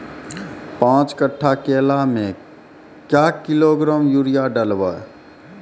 पाँच कट्ठा केला मे क्या किलोग्राम यूरिया डलवा?